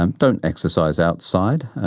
and don't exercise outside.